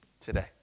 today